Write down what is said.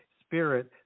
spirit